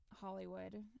Hollywood